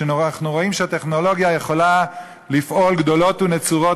כשאנחנו רואים שהטכנולוגיה יכולה לפעול גדולות ונצורות